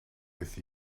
with